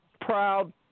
proud